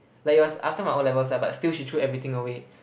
like it was after my O-levels ah but still she threw everything away